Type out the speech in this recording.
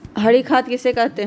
हरी खाद किसे कहते हैं?